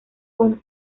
con